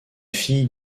fille